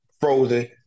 frozen